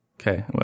Okay